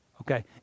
Okay